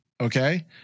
okay